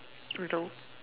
no